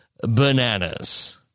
bananas